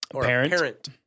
Parent